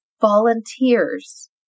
volunteers